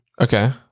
Okay